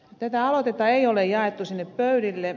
tätä aloitetta ei ole jaettu sinne pöydille